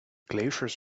glaciers